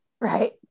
Right